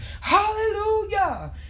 hallelujah